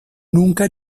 nunca